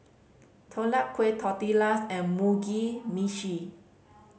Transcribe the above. Deodeok Gui Tortillas and Mugi Meshi